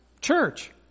church